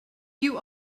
you